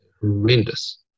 horrendous